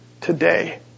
today